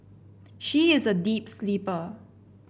she is a deep sleeper